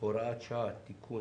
(הוראת שעה) (תיקון),